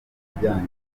ibijyanye